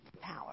power